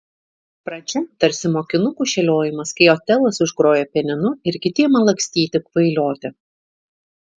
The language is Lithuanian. pradžia tarsi mokinukų šėliojimas kai otelas užgroja pianinu ir kiti ima lakstyti kvailioti